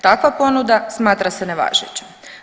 Takva ponuda smatra se nevažećom.